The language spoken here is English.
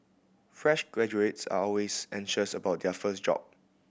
fresh graduates are always anxious about their first job